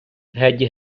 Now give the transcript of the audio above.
геть